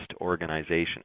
organization